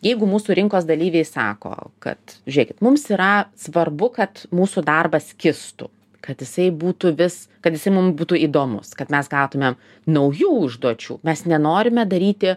jeigu mūsų rinkos dalyviai sako kad žiūrėkit mums yra svarbu kad mūsų darbas kistų kad jisai būtų vis kad jisai mum būtų įdomūs kad mes gautume naujų užduočių mes nenorime daryti